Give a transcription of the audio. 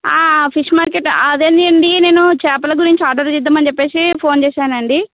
fish market అదే అండి నేను చేపల గురించి ఆర్డర్ చేద్దామని చెప్పి ఫోన్ చేసాను అండి